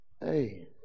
Hey